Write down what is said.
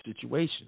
situation